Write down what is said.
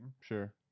Sure